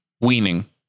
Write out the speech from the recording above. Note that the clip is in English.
weaning